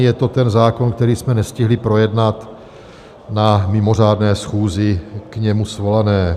Je to ten zákon, který jsme nestihli projednat na mimořádné schůzi k němu svolené.